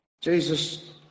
jesus